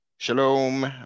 Shalom